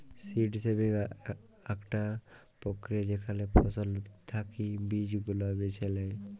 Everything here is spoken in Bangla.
সীড সেভিং আকটা প্রক্রিয়া যেখালে ফসল থাকি বীজ গুলা বেছে লেয়